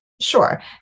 Sure